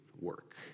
work